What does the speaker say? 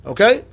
Okay